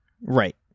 Right